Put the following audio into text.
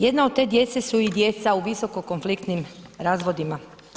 Jedna od te djece su i djeca u visokim konfliktnim razvodima.